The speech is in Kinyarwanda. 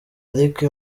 ariko